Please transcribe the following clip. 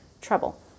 trouble